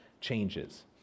changes